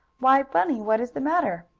why, bunny! what is the matter?